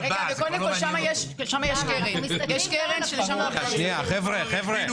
זה כבר לא מעניין אותם.